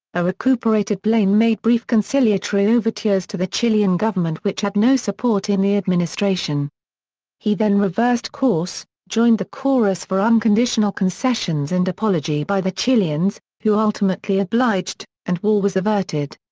a recuperated blaine made brief conciliatory overtures to the chilean government which had no support in the administration he then reversed course, joined the chorus for unconditional concessions and apology by the chileans, who ultimately obliged, and war was averted.